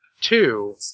two